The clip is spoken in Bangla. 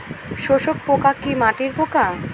শোষক পোকা কি মাটির পোকা?